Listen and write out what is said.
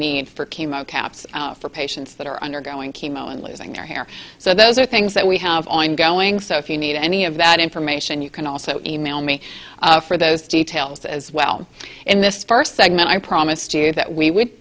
need for chemo caps for patients that are undergoing chemo and losing their hair so those are things that we have ongoing so if you need any of that information you can also e mail me for those details as well in this first segment i promised you that we would